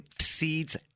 seeds